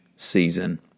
season